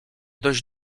dość